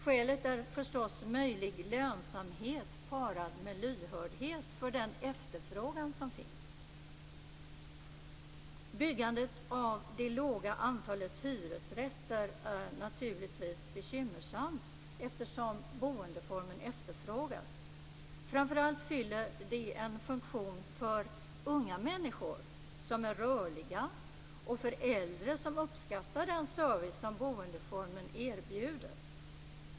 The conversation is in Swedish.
Skälet är förstås möjlig lönsamhet parad med lyhördhet för den efterfrågan som finns. Byggandet av det låga antalet hyresrätter är naturligtvis bekymmersamt, eftersom boendeformen efterfrågas. Framför allt fyller hyresrätter en funktion för unga människor som är rörliga och för äldre som uppskattar den service som boendeformen erbjuder.